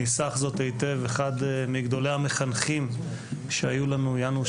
ניסח זאת היטב אחד מגדולי המחנכים שהיו לנו יאנוש